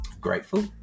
grateful